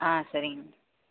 ஆ சரிங்க